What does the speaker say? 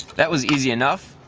that was easy enough.